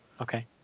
Okay